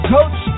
Coach